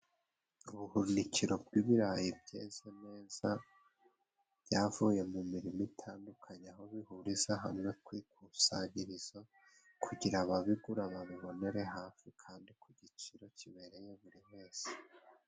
Ubuhunikiro bw'ibirayi byeze neza byavuye mu mirima itandukanye, aho bihuriza hamwe kwikusanyirizo kugira ababigura babibonere hafi, kandi ku giciro kibereye buri wese.